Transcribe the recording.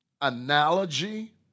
analogy